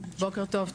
בוקר טוב,